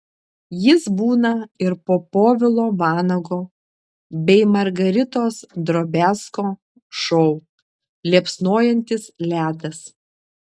jis būna ir po povilo vanago bei margaritos drobiazko šou liepsnojantis ledas